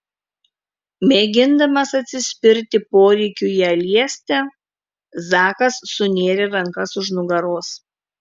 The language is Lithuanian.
mėgindamas atsispirti poreikiui ją liesti zakas sunėrė rankas už nugaros